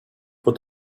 put